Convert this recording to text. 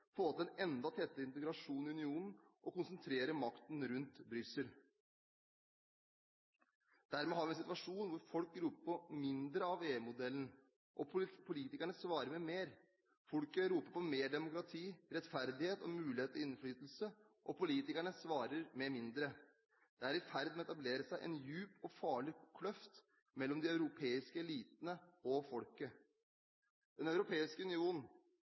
få til en enda tettere integrasjon i unionen og konsentrere makten rundt Brussel. Dermed har vi en situasjon hvor folk roper på mindre av EU-modellen, og politikerne svarer med mer. Folket roper på mer demokrati, rettferdighet og mulighet til innflytelse, og politikerne svarer med mindre. Det er i ferd med å etablere seg en dyp og farlig kløft mellom de europeiske elitene og folket. Den europeiske